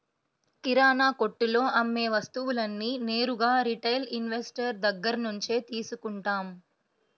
కిరణాకొట్టులో అమ్మే వస్తువులన్నీ నేరుగా రిటైల్ ఇన్వెస్టర్ దగ్గర్నుంచే తీసుకుంటాం